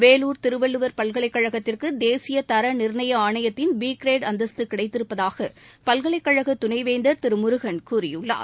வேலூர் திருவள்ளுவர் பல்கலைக்கழகத்திற்கு தேசிய தர நிர்ணய ஆணையத்தின் பி கிரேடு அந்தஸ்து கிடைத்திருப்பதாக பல்கலைக்கழக துணை வேந்தர் திரு கே முருகன் கூறியுள்ளார்